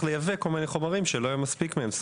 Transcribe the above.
ליבא כל מיני חומרים שלא יהיה מספיק מהם.